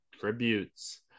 tributes